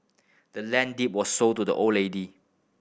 the land deed was sold to the old lady